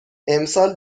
امسال